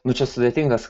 nu čia sudėtingas